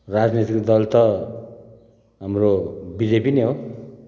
राजनैतिक दल त हाम्रो बिजेपी नै हो